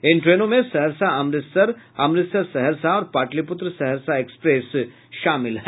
इन ट्रेनों में सहरसा अमृतसर अमृतसर सहरसा और पाटलिपुत्र सहरसा एक्सप्रेस शामिल हैं